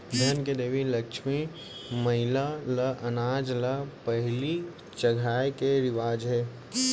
धन के देवी लक्छमी मईला ल अनाज ल पहिली चघाए के रिवाज हे